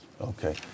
Okay